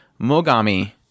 Mogami